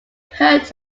hurt